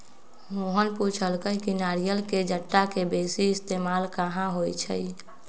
मोहन पुछलई कि नारियल के जट्टा के बेसी इस्तेमाल कहा होई छई